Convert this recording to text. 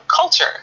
culture